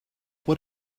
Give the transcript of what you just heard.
what